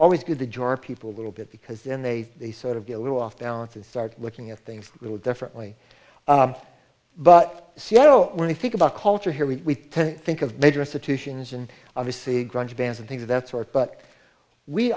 always good to jar people little bit because then they they sort of be a little off balance and start looking at things a little differently but seattle when you think about culture here we tend to think of major institutions and obviously grunge bands and things of that sort but we